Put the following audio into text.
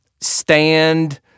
Stand